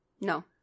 No